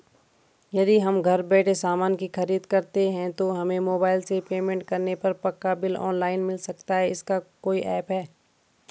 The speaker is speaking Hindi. यदि हम घर बैठे सामान की खरीद करते हैं तो हमें मोबाइल से पेमेंट करने पर पक्का बिल ऑनलाइन मिल सकता है इसका कोई ऐप है